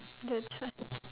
that's why